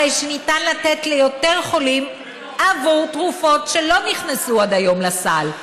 הרי שניתן לתת ליותר חולים עבור תרופות שלא נכנסו עד היום לסל,